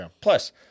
Plus